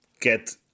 get